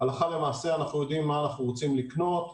אנחנו יודעים מה אנחנו רוצים לקנות,